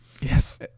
yes